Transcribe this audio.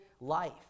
life